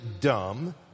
dumb